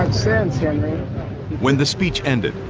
sense when the speech ended,